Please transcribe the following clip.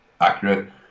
accurate